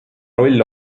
roll